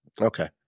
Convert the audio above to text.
Okay